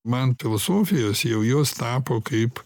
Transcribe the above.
man filosofijos jau jos tapo kaip